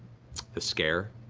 a scare.